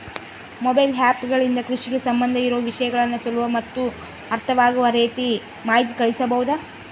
Mobile app ಗಳಿಂದ ಕೃಷಿಗೆ ಸಂಬಂಧ ಇರೊ ವಿಷಯಗಳನ್ನು ಸುಲಭ ಮತ್ತು ಅರ್ಥವಾಗುವ ರೇತಿ ಮಾಹಿತಿ ಕಳಿಸಬಹುದಾ?